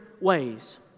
ways